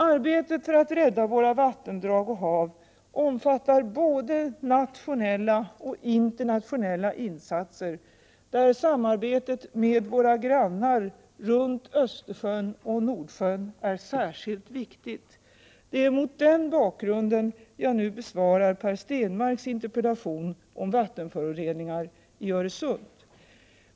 Arbetet för att rädda våra vattendrag och hav omfattar både nationella och internationella insatser, där samarbetet med våra grannar runt Nordsjön och Östersjön är särskilt viktigt. Det är mot den bakgrunden jag nu besvarar Per Stenmarcks interpellation om vattenföroreningarna i Öresund.